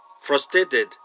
frustrated